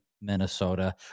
Minnesota